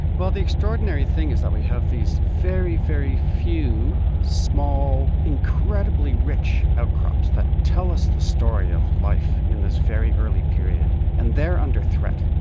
well, the extraordinary thing is that we have these very, very few small, incredibly rich outcrops that tell us the story of life in this very early period, and they are under threat.